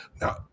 Now